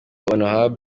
hon